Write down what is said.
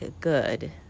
good